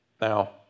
Now